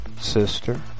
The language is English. sister